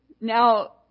Now